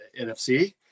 NFC